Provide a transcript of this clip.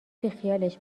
بیخیالش